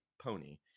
pony